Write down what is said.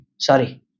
Sorry